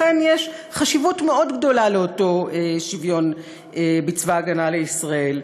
לכן יש חשיבות מאוד גדולה לשוויון בצבא הגנה לישראל.